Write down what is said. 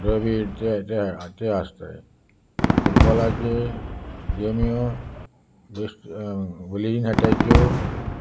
रवी जे जे आसताय फुटबॉलाचे गेम्यो बेश वलयन खेळटाय ज्यो